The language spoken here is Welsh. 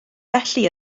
felly